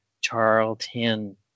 Charlton